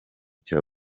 cya